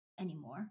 anymore